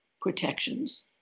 protections